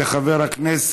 היא של חבר הכנסת